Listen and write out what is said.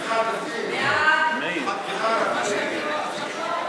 סעיף 1 נתקבל.